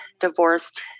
divorced